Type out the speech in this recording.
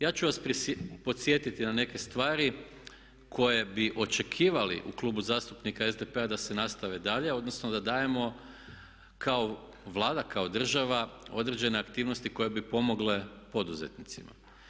Ja ću vas podsjetiti na neke stvari koje bi očekivali u Klubu zastupnika SDP-a da se nastavi dalje odnosno da dajemo kao Vlada, kao država određene aktivnosti koje bi pomogle poduzetnicima.